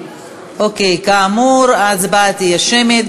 אוקיי, כאמור, ההצבעה תהיה שמית.